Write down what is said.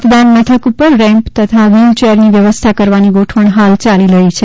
મતદાન મથક ઉપર રેમ્પ તથા વ્હીલચેરની વ્યવસ્થા કરવાની ગોઠવણ હાલ યાલી રહી છે